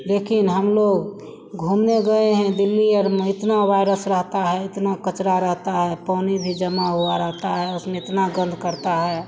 लेकिन हमलोग घूमने गए हैं दिल्ली और में इतना वायरस रहता है इतना क़चरा रहता है पानी भी जमा हुआ रहता है उसमें इतना गन्ध करता है